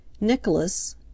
Nicholas